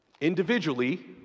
Individually